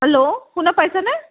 hello শুনা পাইছেনে